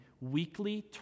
weekly